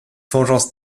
vengeance